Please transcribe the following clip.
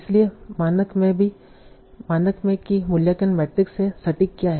इसलिए मानक में कि मूल्यांकन मैट्रिक्स हैं सटीक क्या है